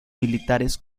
militares